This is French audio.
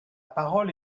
parole